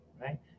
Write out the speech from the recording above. right